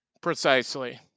Precisely